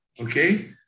Okay